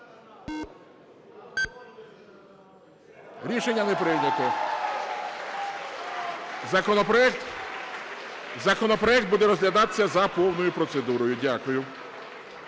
Рішення не прийнято. Законопроект буде розглядатися за повною процедурою. Дякую.